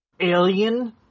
alien